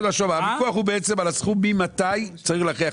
הוויכוח הוא בעצם על הסכום ממתי צריך להכריח.